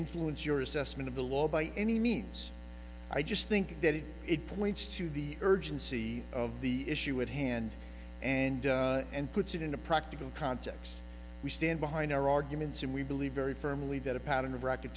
influence your assessment of the law by any means i just think that it points to the urgency of the issue at hand and and puts it in a practical context we stand behind our arguments and we believe very firmly that a pattern of racket